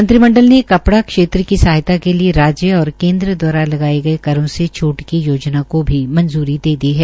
मंत्रिमंडल ने कपड़ा क्षेत्र की सहायता के लिये राज्य और केन्द्र द्वारा लगाए करों से छूट की योजना को भी मंजूरी दे दी है